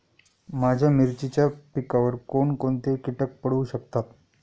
माझ्या मिरचीच्या पिकावर कोण कोणते कीटक पडू शकतात?